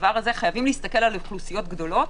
ובדבר הזה חייבים להסתכל על אוכלוסיות גדולות.